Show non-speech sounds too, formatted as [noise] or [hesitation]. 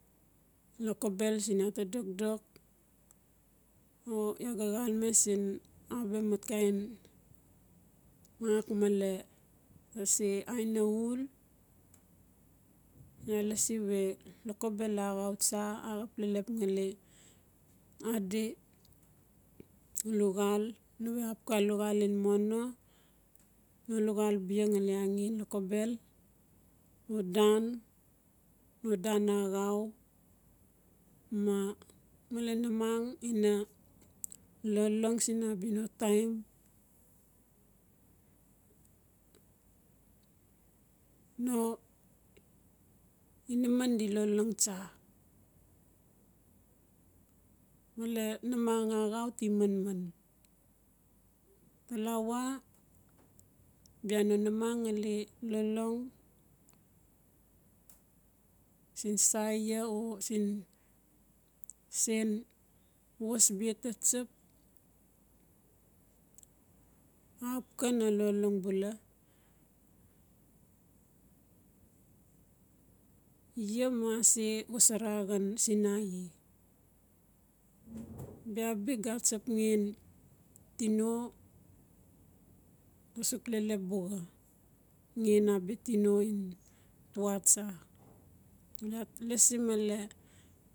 Lokobel siin iaa ta dokdok [unintelligible] xaleme siin a bia mak male iaa se iana ul, ia lasi we lokobel a axau tsa axap lelep ngali adi luxal newe axap ka luxal ngan mono no luxal bia ngali angan lokobel no dan axau, ma male namang in lolong siin a bia no taim [hesitation] no inaman di lolong tsa. Male namang axau ti manman talawa bia namangngali lolong [noise] siin sa iaa, o siin sen was bia ta tsap axap ka na lolong bula iaa mu a se wasara xan senae [noise] bia bi ga atsap ngan tino a suk lelep bura ngan a bia tino ngan towatsa.